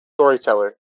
storyteller